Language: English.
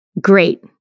Great